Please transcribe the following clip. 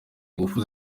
ingufu